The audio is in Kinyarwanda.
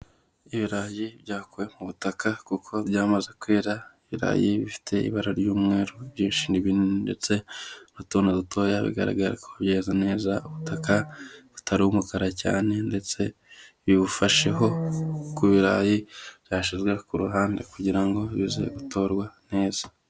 Ibirayi byakuwe mu butaka kuko byamaze kwera, ibirayi bifite ibara ry'umweru byinshi ni binini ndetse n'utundi dutoya bigaragara byeze neza ubutaka butari umukara cyane ndetse bibufasheho kubirayi byashyizwe ku ruhande kugira ngo bizatorwa neza.